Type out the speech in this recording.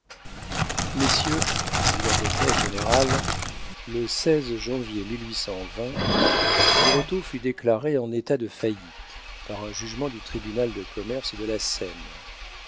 messieurs dit lavocat général le janvier biot fut déclaré en état de faillite par un jugement du tribunal de commerce de la seine